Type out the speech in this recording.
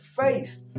faith